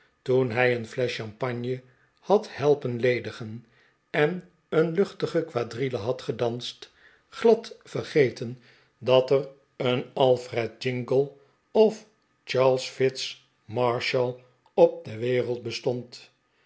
toen hij een flesch champagne had helpen ledigen eh een luchtige quadrille had gedanst glad vergeten dat er een alfred jingle of charles fitz marshall op de wereld bestond